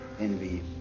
envy